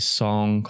song